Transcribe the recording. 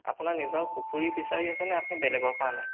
আপোনাৰ নিজৰ পুখুৰী ফিচাৰী আছেনে আপুনি বেলেগৰ পৰা আনে